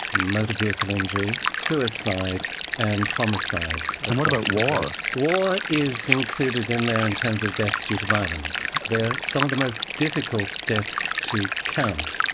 motor vehicle injury, suicide and homicide. and what about war? war is included in there in terms of deaths due to violence. they are some of the most difficult deaths to count.